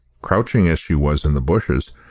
crouching as she was in the bushes,